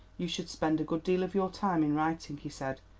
you should spend a good deal of your time in writing, he said.